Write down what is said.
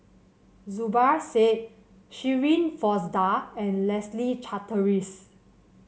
Zubir Said Shirin Fozdar and Leslie Charteris